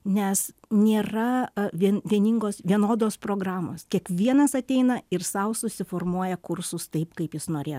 nes nėra vien vieningos vienodos programos kiekvienas ateina ir sau susiformuoja kursus taip kaip jis norė